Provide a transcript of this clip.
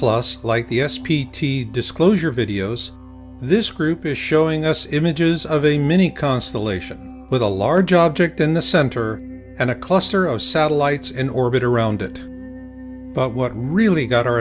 plus like the s p t disclosure videos this group is showing us images of a mini constellation with a large object in the center and a cluster of satellites in orbit around it but what really got our